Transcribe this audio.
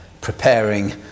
preparing